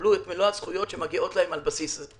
ויקבלו את מלוא הזכויות שמגיעות להם על בסיס זה.